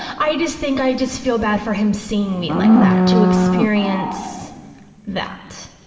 i just think, i just feel bad for him seeing me like that, to experience that.